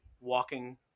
walking